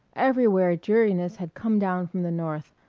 everywhere dreariness had come down from the north,